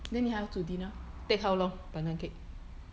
then 你还要煮 dinner